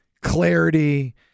clarity